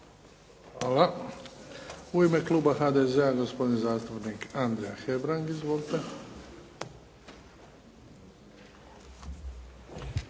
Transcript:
Hvala. U ime kluba HDZ-a, gospodin zastupnik Andrija Hebrang. Izvolite.